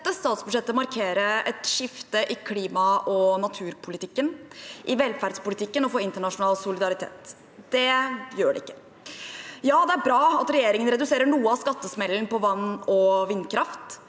dette statsbudsjettet markere et skifte i klima- og naturpolitikken, i velferdspolitikken og for internasjonal solidaritet. Det gjør det ikke. Ja, det er bra at regjeringen reduserer noe av skattesmellen på vann- og vindkraft,